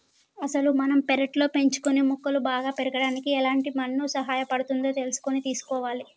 అసలు మనం పెర్లట్లో పెంచుకునే మొక్కలు బాగా పెరగడానికి ఎలాంటి మన్ను సహాయపడుతుందో తెలుసుకొని తీసుకోవాలి